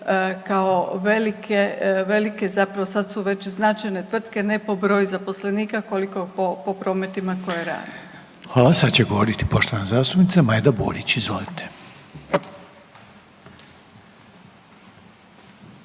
kao velike, velike, zapravo sad su već i značajne tvrtke ne po broju zaposlenika koliko po, po prometima koje rade. **Reiner, Željko (HDZ)** Hvala. Sad će govoriti poštovana zastupnica Majda Burić, izvolite.